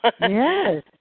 Yes